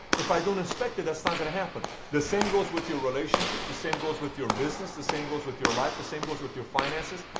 if i don't inspect it, that's not going to happen. the same goes with your relationships. the same goes with your business. the same goes with your life. the same goes with your finances.